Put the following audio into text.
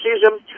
season